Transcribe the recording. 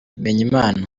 bimenyimana